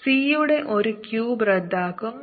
c യുടെ ഒരു cube റദ്ദാക്കും